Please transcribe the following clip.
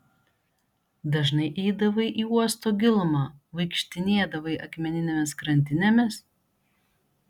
dažnai eidavai į uosto gilumą vaikštinėdavai akmeninėmis krantinėmis